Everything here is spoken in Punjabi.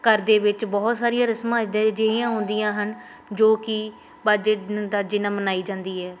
ਘਰ ਦੇ ਵਿੱਚ ਬਹੁਤ ਸਾਰੀਆਂ ਰਸਮਾਂ ਇੱਦਾਂ ਅਜਿਹੀਆਂ ਹੁੰਦੀਆਂ ਹਨ ਜੋ ਕਿ ਵਾਜੇ ਗਾਜੇ ਨਾਲ ਮਨਾਈ ਜਾਂਦੀ ਹੈ